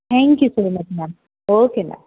thank you so much ma'am okay ma'am